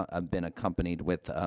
ah, been accompanied with,